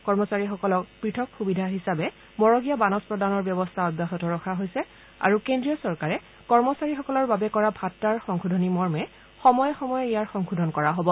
কৰ্মচৰাকীসকলক পৃথক সুবিধা হিচাবে মৰগীয়া বানচ প্ৰদানৰ ব্যৱস্থা অব্যাহত ৰখা হৈছে আৰু কেদ্ৰীয় চৰকাৰে কৰ্মচাৰীসকলৰ বাবে কৰা ভাট্টাৰ সংশোধনমৰ্মে সময়ে সময়ে ইয়াৰ সংশোধন কৰা হ'ব